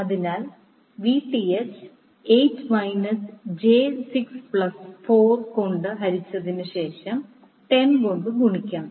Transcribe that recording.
അതിനാൽ Vth 8 plus minus j 6 നെ 8 minus j 6 plus 4 കൊണ്ട് ഹരിച്ചതിനുശേഷം 10 കൊണ്ട് ഗുണിക്കണം